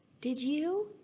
did you?